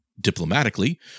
diplomatically